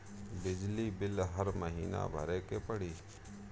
बिजली बिल हर महीना भरे के पड़ी?